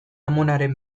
amonaren